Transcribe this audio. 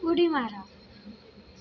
उडी मारा